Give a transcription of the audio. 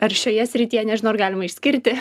ar šioje srityje nežinau ar galima išskirti